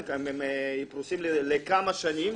הם פרוסים לכמה שנים,